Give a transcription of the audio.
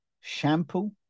shampoo